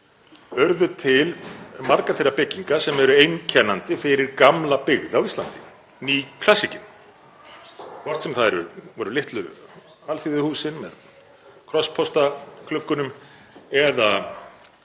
urðu til margar þeirra bygginga sem eru einkennandi fyrir gamla byggð á Íslandi, nýklassíkin, hvort sem það voru litlu alþýðuhúsin með krosspóstagluggunum eða